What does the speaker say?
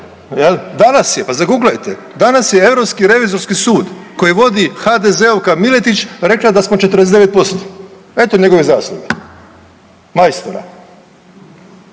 Danas je, pa zaguglajte, danas je Europski revizorski sud koji vodi HDZ-ovka Miletić rekla da smo 49%. Eto njegove zasluge. Majstora.